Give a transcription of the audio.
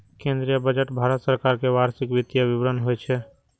केंद्रीय बजट भारत सरकार के वार्षिक वित्तीय विवरण होइ छै